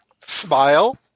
Smile